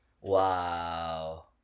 Wow